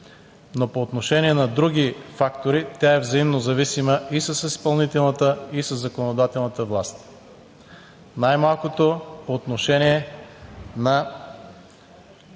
Но по отношение на други фактори, тя е взаимнозависима и с изпълнителната и със законодателната власт. Най-малкото по отношение на